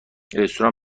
رستوران